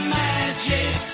magic